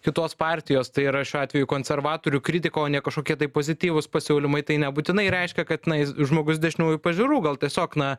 kitos partijos tai yra šiuo atveju konservatorių kritika o ne kažkokie tai pozityvūs pasiūlymai tai nebūtinai reiškia kad na jis žmogus dešiniųjų pažiūrų gal tiesiog na